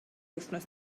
wythnos